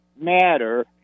matter